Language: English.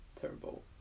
terrible